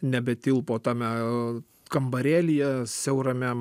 nebetilpo tame kambarėlyje siaurame